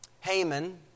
Haman